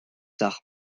tard